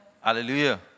Hallelujah